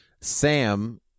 Sam